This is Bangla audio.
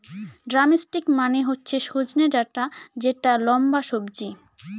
ড্রামস্টিক মানে হচ্ছে সজনে ডাটা যেটা লম্বা সবজি